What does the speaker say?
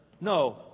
No